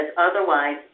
otherwise